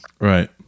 Right